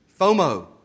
FOMO